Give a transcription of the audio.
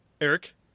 Eric